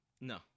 No